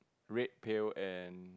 red pail and